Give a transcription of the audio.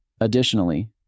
Additionally